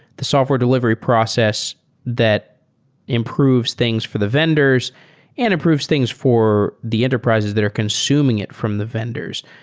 the software delivery process that improves things for the vendors and improves things for the enterprises that are consuming it from the vendors.